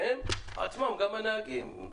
והם עצמם גם הנהגים.